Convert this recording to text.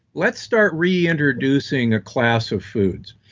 let's start reintroducing a class of foods.